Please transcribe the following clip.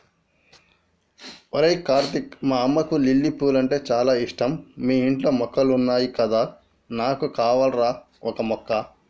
అరేయ్ కార్తీక్ మా అమ్మకు లిల్లీ పూలంటే చాల ఇష్టం మీ ఇంట్లో మొక్కలున్నాయి కదా నాకు కావాల్రా ఓక మొక్క